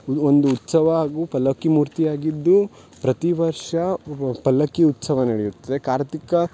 ಒಂದು ಉತ್ಸವ ಹಾಗೂ ಪಲ್ಲಕ್ಕಿ ಮೂರ್ತಿಯಾಗಿದ್ದು ಪ್ರತಿ ವರ್ಷ ಪಲ್ಲಕ್ಕಿ ಉತ್ಸವ ನಡೆಯುತ್ತದೆ ಕಾರ್ತಿಕ